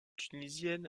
tunisienne